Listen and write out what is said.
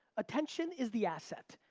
attention is the asset.